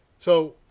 so